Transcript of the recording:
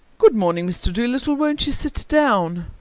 good-morning, mr. doolittle. won't you sit down?